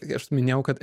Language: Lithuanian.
aš minėjau kad